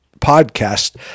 podcast